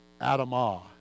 adamah